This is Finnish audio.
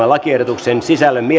lakiehdotuksen sisällöstä